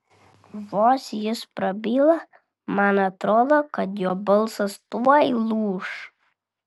vos jis prabyla man atrodo kad jo balsas tuoj lūš